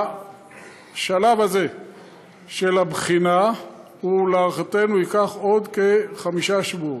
השלב הזה של הבחינה ייקח להערכתנו עוד כחמישה שבועות.